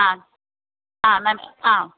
ആ ആ മാം ആ